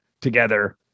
together